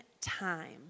time